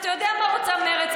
אתה יודע מה רוצה מרצ.